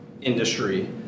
industry